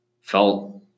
felt